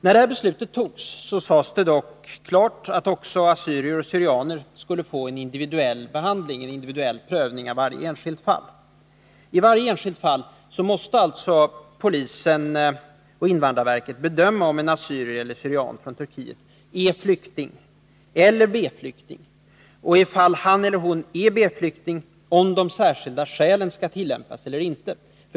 När detta beslut fattades sades det dock klart att också assyrier/syrianer skulle få en individuell behandling, det skulle göras en individuell prövning av varje enskilt fall. I varje enskilt fall måste alltså polisen och invandrarverket bedöma om en assyrier eller syrian från Turkiet är flykting eller B-flykting — och i det fall denne är B-flykting bedöma om de särskilda skälen skall tillämpas eller inte.